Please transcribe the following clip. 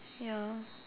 ya